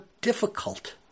difficult